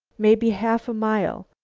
maybe half a mile.